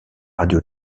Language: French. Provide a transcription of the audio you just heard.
radio